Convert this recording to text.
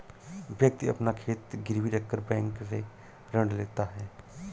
व्यक्ति अपना खेत गिरवी रखकर बैंक से ऋण लेता है